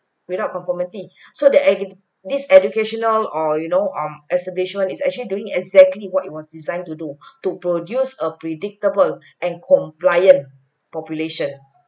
without conformity so the agony this educational or you know um exhibition is actually doing exactly what it was designed to do to produce a predictable and compliant population